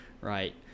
right